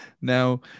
now